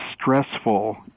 stressful